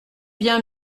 bien